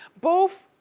boof!